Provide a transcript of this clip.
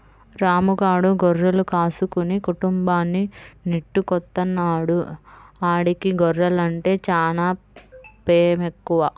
రాము గాడు గొర్రెలు కాసుకుని కుటుంబాన్ని నెట్టుకొత్తన్నాడు, ఆడికి గొర్రెలంటే చానా పేమెక్కువ